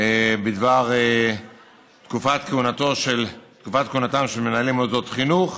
בדבר כהונתם של מנהלי מוסדות חינוך.